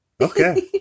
Okay